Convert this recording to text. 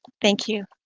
thank you.